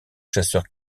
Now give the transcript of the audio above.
chasseurs